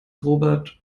robert